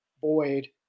Boyd